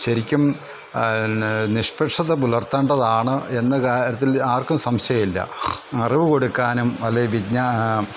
ശരിക്കും നിഷ്പക്ഷത പുലർത്തേണ്ടതാണ് എന്ന കാര്യത്തിൽ ആർക്കും സംശയം ഇല്ല അറിവ് കൊടുക്കാനും അല്ലെങ്കിൽ വിജ്ഞാ